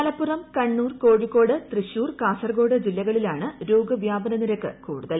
മലപ്പുറം കണ്ണൂർ കോഴിക്കോട് തൃശൂർ കാസർഗോഡ് ജില്ലകളിലാണ് രോഗബ്യൂട്ട്പ്ന നിരക്ക് കൂടുതൽ